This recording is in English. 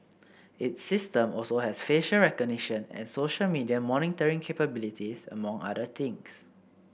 its system also has facial recognition and social media monitoring capabilities among other things